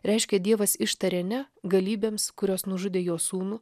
reiškia dievas ištarė ne galybėms kurios nužudė jo sūnų